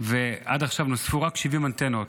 ועד עכשיו נוספו רק 70 אנטנות,